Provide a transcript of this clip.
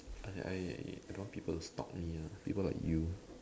I I don't want people to stalk me ah people like you